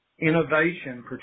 Innovation